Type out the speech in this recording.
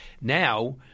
Now